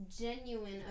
genuine